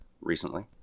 recently